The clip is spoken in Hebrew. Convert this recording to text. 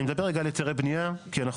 אני מדבר רגע על היתרי בנייה כי אנחנו